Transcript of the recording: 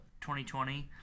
2020